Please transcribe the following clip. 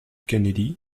kennedy